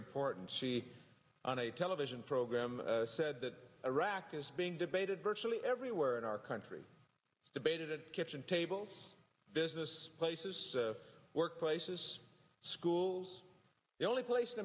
important she on a television program said that iraq is being debated virtually everywhere in our country debated at kitchen tables business places workplaces schools the only place in